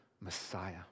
Messiah